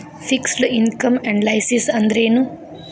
Fixed income analysis ಅಂದ್ರೆನು?